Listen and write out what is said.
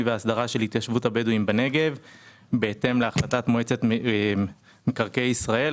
והסדרה של התיישבות הבדואים בנגב בהתאם להחלטת מועצת מקרקעי ישראל.